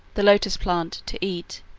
the lotus-plant, to eat.